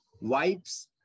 wipes